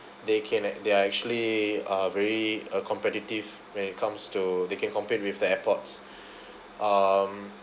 they can they are actually uh very uh competitive when it comes to they can compete with the airpods um